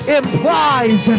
implies